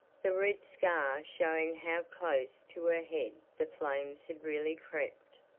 the red scar showing how close to her head the flames had really crept.